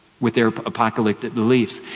with their apocalyptic beliefs.